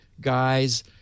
guys